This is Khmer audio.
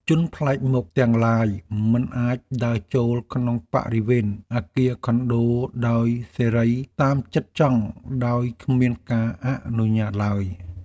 ជនប្លែកមុខទាំងឡាយមិនអាចដើរចូលក្នុងបរិវេណអគារខុនដូដោយសេរីតាមចិត្តចង់ដោយគ្មានការអនុញ្ញាតឡើយ។